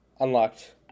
Unlocked